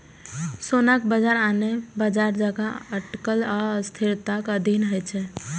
सोनाक बाजार आने बाजार जकां अटकल आ अस्थिरताक अधीन होइ छै